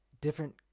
different